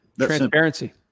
Transparency